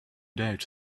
doubt